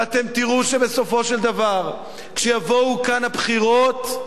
ואתם תראו שבסופו של דבר, כשיבואו כאן הבחירות,